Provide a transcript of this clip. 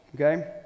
okay